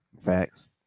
Facts